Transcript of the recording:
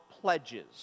pledges